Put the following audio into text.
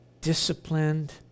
disciplined